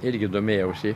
irgi domėjausi